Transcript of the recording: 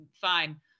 fine